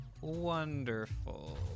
Wonderful